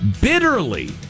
bitterly